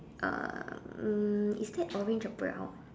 uh um is that orange or brown